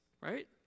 right